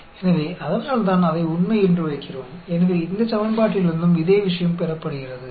तो इसीलिए हम क्युमुलेटिव को सही डालते हैं